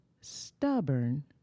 stubborn